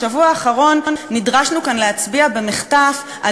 בשבוע האחרון נדרשנו כאן להצביע במחטף על